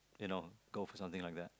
you know go for something like that